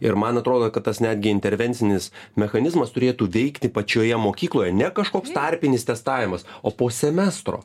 ir man atrodo kad tas netgi intervencinis mechanizmas turėtų veikti pačioje mokykloje ne kažkoks tarpinis testavimas o po semestro